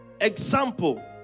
Example